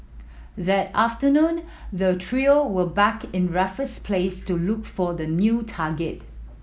that afternoon the trio were back in Raffles Place to look for the new target